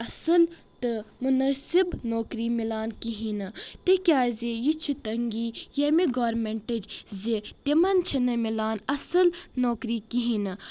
اصل تہٕ مُنٲسب نوکٔری مِلان کہیٖنۍ نہٕ تِکیٛازِ یہِ چھُ تنگی ییٚمہِ گورمنٹِچ زِ تِمن چھنہٕ مِلان اصل نوکٔری کہیٖنۍ نہٕ